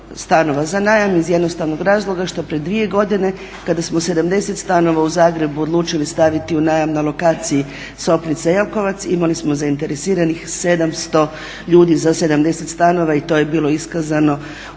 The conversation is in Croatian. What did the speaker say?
stanova za najam iz jednostavnog razloga što pred dvije godine kada smo 70 stanova u Zagrebu odlučili staviti u najam na lokaciji Sopnica-Jelkovec imali smo zainteresiranih 700 ljudi za 70 stanova i to je bilo iskazano u tjedan